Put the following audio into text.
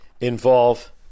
involve